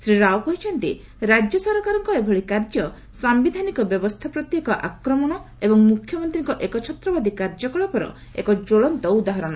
ଶ୍ରୀ ରାଓ କହିଛନ୍ତି ରାଜ୍ୟ ସରକାରଙ୍କ ଏଭଳି କାର୍ଯ୍ୟ ସାୟିଧାନିକ ବ୍ୟବସ୍ଥା ପ୍ରତି ଏକ ଆକ୍ରମଣ ଏବଂ ମ୍ରଖ୍ୟମନ୍ତ୍ରୀଙ୍କ ଏକଚ୍ଚତ୍ରବାଦୀ କାର୍ଯ୍ୟକଳାପର ଏକ ଜ୍ୱଳନ୍ତ ଉଦାହରଣ